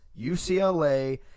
UCLA